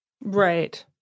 Right